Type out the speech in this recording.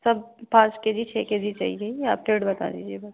सब पाँच K G छः के जी चाहिए आप रेट बता दीजिये बस